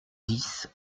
dix